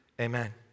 Amen